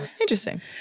Interesting